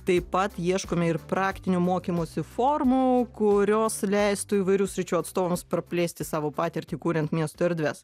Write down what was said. taip pat ieškome ir praktinių mokymosi formų kurios leistų įvairių sričių atstovams praplėsti savo patirtį kuriant miesto erdves